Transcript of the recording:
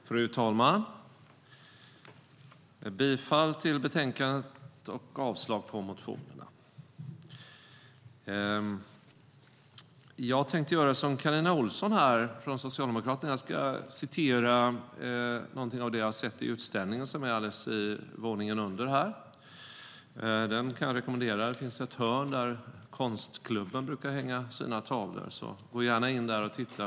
Fru talman! Jag yrkar bifall till förslaget i betänkandet och avslag på motionerna. Jag tänkte göra som Carina Ohlsson från Socialdemokraterna och återge någonting av det jag har sett i utställningen som finns i våningen under plenisalen. Jag kan rekommendera den. Det finns ett hörn där konstklubben brukar hänga sina tavlor. Gå gärna dit och titta!